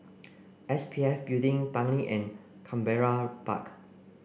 S P F Building Tanglin and Canberra Park